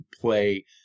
play